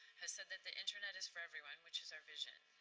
has said that the internet is for everyone, which is our vision,